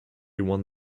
one